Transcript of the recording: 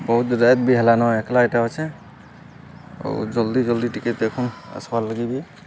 ବହୁତ୍ ରାଏତ୍ ବି ହେଲାନ ଏକ୍ଲା ଇଟା ଅଛେଁ ଆଉ ଜଲ୍ଦି ଜଲ୍ଦି ଟିକେ ଦେଖନ୍ ଆସ୍ବାର୍ ଲାଗିବି